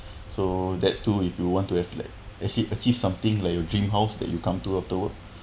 so that too if you want to have like actually achieve something like your dream house that you come to afterwards